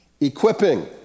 Equipping